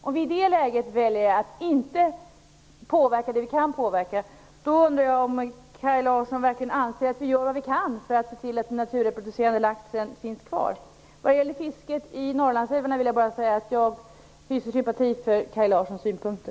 Om vi i detta läge väljer att inte påverka det som vi kan påverka, undrar jag om Kaj Larsson verkligen anser att vi gör vad vi kan för att se till att den naturreproducerande laxen skall finnas kvar. När det gäller fisket i Norrlandsälvarna hyser jag sympati för Kaj Larssons synpunkter.